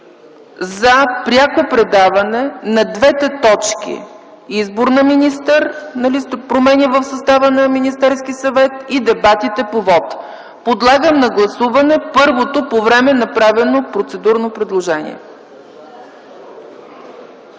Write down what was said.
за пряко предаване на двете точки – промени в състава на Министерския съвет и дебатите по вота. Подлагам на гласуване първото по ред направено процедурно предложение.